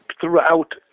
throughout